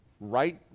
right